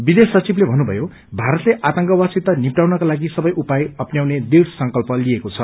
विदेश सचिवले भन्नुभयो भारतले आतंकवादसित निप्टयाउनका लागि सबै उपाय अप्याउन दृढ़ संकल्प लिएको छ